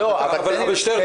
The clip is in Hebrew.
חבר הכנסת שטרן,